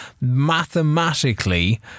mathematically